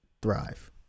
thrive